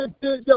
yo